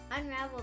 unravel